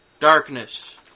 Darkness